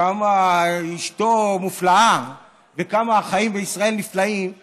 כמה אשתו מופלאה וכמה החיים בישראל נפלאים.